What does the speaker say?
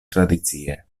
tradicie